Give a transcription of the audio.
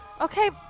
Okay